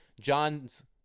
John's